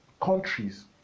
countries